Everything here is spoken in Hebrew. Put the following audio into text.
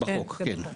כן.